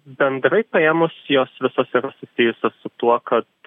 bendrai paėmus jos visos yra susijusios su tuo kad